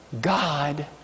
God